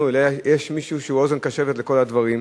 אלא יש מישהו שהוא אוזן קשבת לכל הדברים.